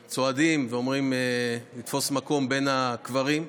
צועדים, ואומרים: לתפוס מקום בין הקברים.